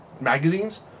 magazines